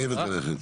חייבת ללכת?